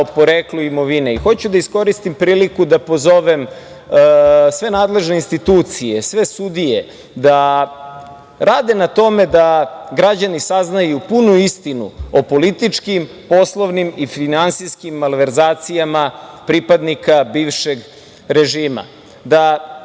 o poreklu imovine i hoću da iskoristim priliku da pozovem sve nadležne institucije, sve sudije da rade na tome da građani saznaju punu istinu o političkim, poslovnim i finansijskim malverzacijama pripadnika bivšeg režima,